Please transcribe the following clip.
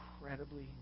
incredibly